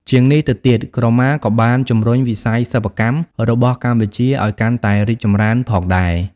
ជាងនេះទៅទៀត ក្រមាក៏បាន ជំរុញវិស័យសិប្បកម្ម របស់កម្ពុជាឲ្យកាន់តែរីកចម្រើនផងដែរ។